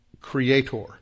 creator